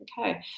okay